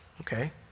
Okay